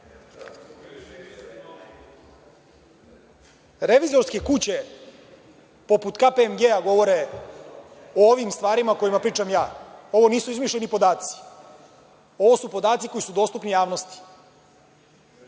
penzije. Revizorske kuće poput KPMG-a govore o ovim stvarima o kojima pričam ja. Ovo nisu izmišljeni podaci. Ovo su podaci koji su dostupni javnosti.